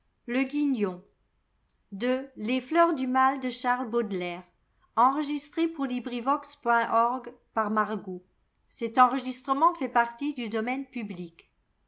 les fleurs du mal ne